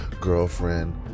girlfriend